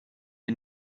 est